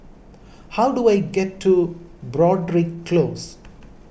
how do I get to Broadrick Close